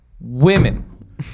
Women